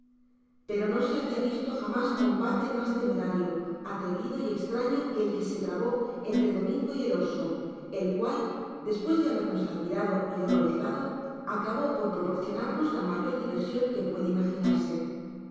pero no se ha visto jamás combate mas temerario atrevido y estraño que el que se trabó entre domingo y el oso el cual despues de habernos admirado y horrorizado acabó por proporcionarnos la mayor diversion que puede imaginarse